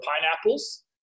pineapples